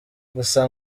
gusa